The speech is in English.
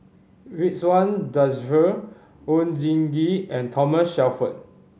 Ridzwan Dzafir Oon Jin Gee and Thomas Shelford